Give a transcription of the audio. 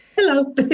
Hello